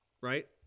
Right